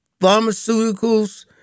pharmaceuticals